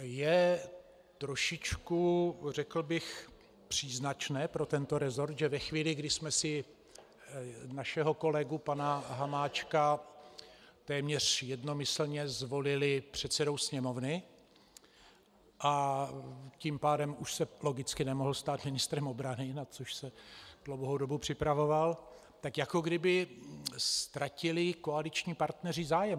Je trošičku, řekl bych, příznačné pro tento resort, že ve chvíli, kdy jsme si našeho kolegu pana Hamáčka téměř jednomyslně zvolili předsedou Sněmovny, a tím pádem už se logicky nemohl stát ministrem obrany, na což se dlouhou dobu připravoval, tak jako kdyby ztratili koaliční partneři o ten resort zájem.